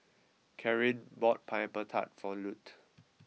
Caryn bought pineapple Tart for Lute